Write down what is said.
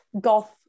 golf